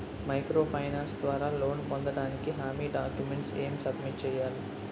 Micro finance ద్వారా loan పొందటానికి హామీ డాక్యుమెంట్స్ ఎం సబ్మిట్ చేయాలి?